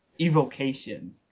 evocation